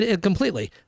Completely